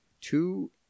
Two